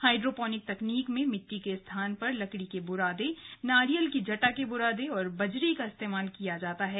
hydroponic तकनीक में मिट्टी के स्थान पर लकड़ी के बुरादे नारियल की जटा के बुरादे और बजरी का इस्तेमाल किया जाता है